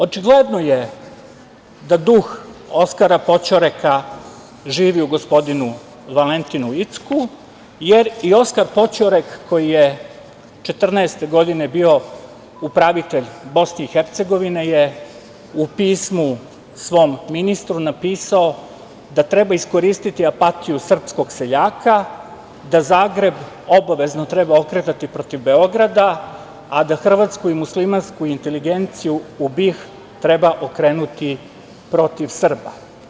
Očigledno je da duh Oskara Poćoreka, živi u gospodinu Valentinu Incku, jer i Oskar Poćorek koji je 1914. godine bio upravitelj BiH, je u pismu svom ministru napisao da treba iskoristiti apatiju srpskog seljaka, da Zagreb obavezno treba okretati protiv Beograda, a da hrvatsku i muslimansku inteligenciju u BiH treba okrenuti protiv Srba.